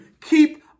keep